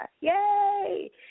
Yay